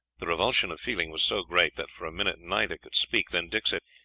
the revulsion of feeling was so great that, for a minute, neither could speak then dick said,